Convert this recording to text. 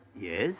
Yes